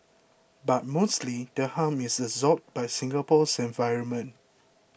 but mostly the harm is absorbed by Singapore's environment